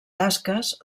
tasques